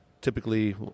typically